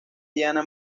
diane